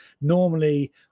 normally